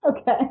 Okay